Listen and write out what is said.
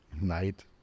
night